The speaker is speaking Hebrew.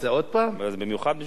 במיוחד בשביל העוזרים.